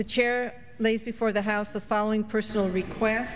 the chair lays before the house the following personal require